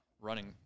running